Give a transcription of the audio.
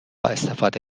استفاده